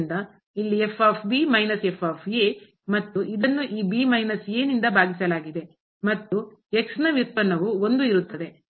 ಆದ್ದರಿಂದ ಇಲ್ಲಿ ಮತ್ತು ಇದನ್ನು ಈ ಭಾಗಿಸಲಾಗಿದೆ ಮತ್ತು ನ ವ್ಯುತ್ಪನ್ನವು ಇರುತ್ತದೆ